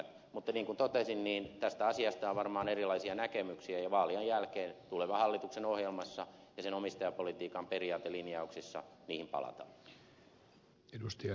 mutta niin kuin totesin niin tästä asiasta on varmaan erilaisia näkemyksiä ja vaalien jälkeen tulevan hallituksen ohjelmassa ja sen omistajapolitiikan periaatelinjauksissa niihin palataan